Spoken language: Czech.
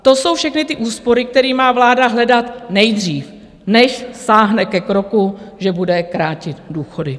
To jsou všechny ty úspory, které má vláda hledat nejdřív, než sáhne ke kroku, že bude krátit důchody.